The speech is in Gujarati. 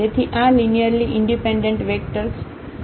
તેથી આ લિનિયરલી ઈન્ડિપેન્ડેન્ટ વેક્ટર્સ છે